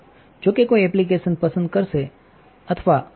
જો કે કોઈ એપ્લિકેશન પસંદ કરશે અથવા વૈજ્